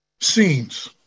scenes